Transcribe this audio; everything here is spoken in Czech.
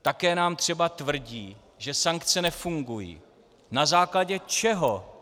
Také nám třeba tvrdí, že sankce nefungují na základě čeho?